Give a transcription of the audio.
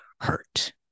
hurt